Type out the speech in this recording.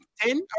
Ten